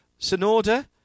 Sonoda